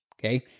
Okay